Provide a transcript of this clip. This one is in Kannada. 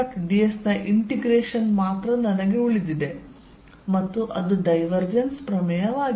ds ನ ಇಂಟಿಗ್ರೇಷನ್ ಮಾತ್ರ ನನಗೆ ಉಳಿದಿದೆ ಮತ್ತು ಅದು ಡೈವರ್ಜೆನ್ಸ್ ಪ್ರಮೇಯವಾಗಿದೆ